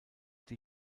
die